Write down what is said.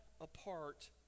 apart